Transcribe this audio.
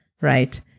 right